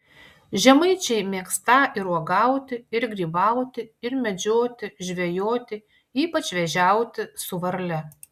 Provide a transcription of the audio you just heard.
žemaičiai mėgstą ir uogauti ir grybauti ir medžioti žvejoti ypač vėžiauti su varle